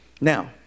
now